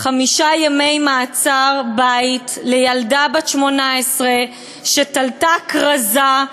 חמישה ימי מעצר-בית לילדה בת 18 שתלתה כרזה,